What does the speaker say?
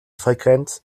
frequenz